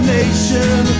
nation